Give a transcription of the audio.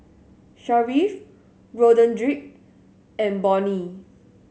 Sharif Roderick and Bonnie